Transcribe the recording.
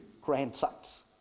grandsons